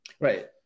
Right